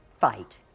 fight